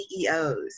CEOs